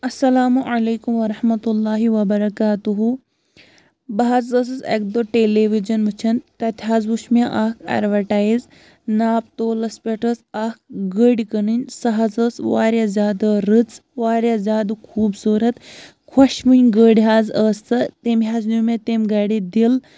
السلام علیکُم ورحمتہ اللہ وبرکاتہٕ ہوٗ بہٕ حظ ٲسٕس اَکہِ دۄہ ٹٮ۪لے وِجَن وٕچھان تَتہِ حظ وُچھ مےٚ اَکھ اٮ۪روَٹایِز ناپ تولَس پٮ۪ٹھ ٲس اَکھ گٔرۍ کٕنٕنۍ سُہ حظ ٲس واریاہ زیادٕ رٕژ واریاہ زیادٕ خوٗبصوٗرَت خۄش وٕنۍ گٔرۍ حظ ٲس سۄ تَمہِ حظ نیوٗ مےٚ تَمہِ گَرِ دِل